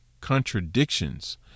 contradictions